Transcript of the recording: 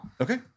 Okay